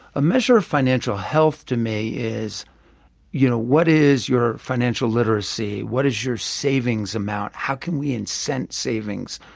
a measure of financial health, to me, is you know what is your financial literacy, what is your savings amount, how can we incent savings,